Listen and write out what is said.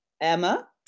Emma